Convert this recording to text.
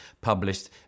published